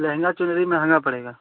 लहंगा चुनरी महँगा पड़ेगा